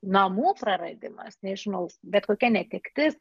namų praradimas nežinau bet kokia netektis